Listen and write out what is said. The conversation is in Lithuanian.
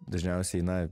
dažniausiai na